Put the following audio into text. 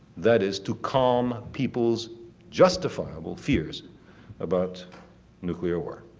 that is, to calm people's justifiable fears about nuclear war.